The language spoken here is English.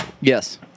Yes